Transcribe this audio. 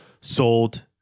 sold